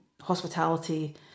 hospitality